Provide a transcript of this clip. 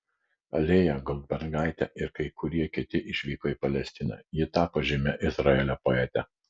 lėja goldbergaitė ir kai kurie kiti išvyko į palestiną ji tapo žymia izraelio poete